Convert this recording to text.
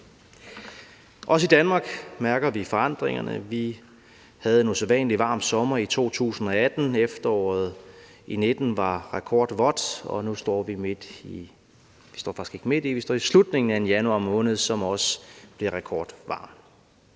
Også i Danmark mærker vi forandringerne. Vi havde en usædvanlig varm sommer i 2018, efteråret 2019 var rekordvådt, og nu står vi i slutningen af en januar måned, som også bliver rekordvarm.